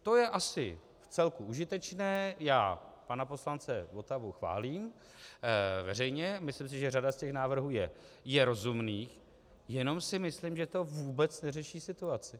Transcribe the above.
To je asi vcelku užitečné, já pana poslance Votavu chválím veřejně, myslím si, že řada z návrhů je rozumných, jenom si myslím, že to vůbec neřeší situaci.